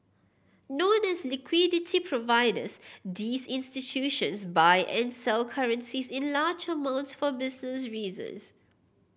known as liquidity providers these institutions buy and sell currencies in large amounts for business reasons